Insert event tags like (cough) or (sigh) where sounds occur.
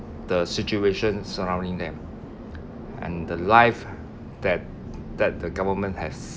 the situation surrounding them and the life (breath) that that the government has